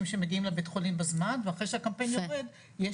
שמגיעים לבית חולים בזמן ואחרי שהקמפיין יורד,